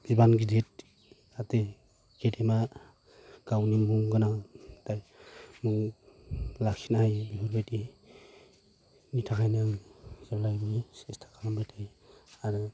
बिबान गिदिद जाहाते गेदेमा गावनि मुं गोनां मुं लाखिनो हायो बेबायदिनि थाखायनो जेब्लायबो सेस्था खालामबाय थायो आरो